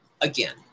again